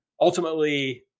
ultimately